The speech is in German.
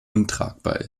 untragbar